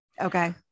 Okay